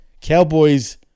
cowboys